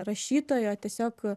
rašytojo tiesiog